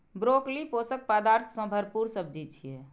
broccoli पोषक पदार्थ सं भरपूर सब्जी छियै